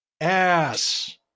ass